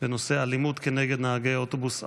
בנושא: אלימות נגד נהגי אוטובוס ערבים.